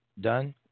done